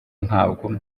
ntabwo